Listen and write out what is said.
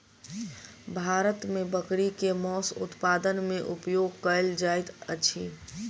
भारत मे बकरी के मौस उत्पादन मे उपयोग कयल जाइत अछि